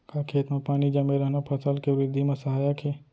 का खेत म पानी जमे रहना फसल के वृद्धि म सहायक हे?